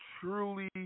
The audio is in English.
truly